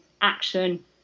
action